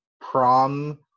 prom